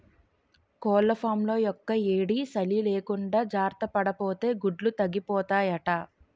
కోళ్లఫాంలో యెక్కుయేడీ, సలీ లేకుండా జార్తపడాపోతే గుడ్లు తగ్గిపోతాయట